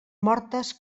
mortes